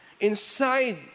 inside